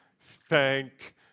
thank